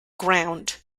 ground